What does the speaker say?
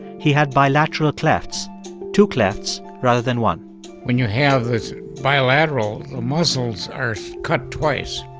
he had bilateral clefs two clefs rather than one when you have this bilateral, the muscles are cut twice.